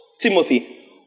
Timothy